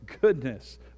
goodness